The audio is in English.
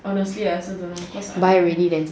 honestly I also don't know cause I don't have